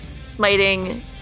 smiting